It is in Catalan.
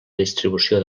distribució